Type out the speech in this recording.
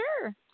sure